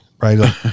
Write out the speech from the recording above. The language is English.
Right